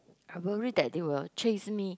I worry that they will chase me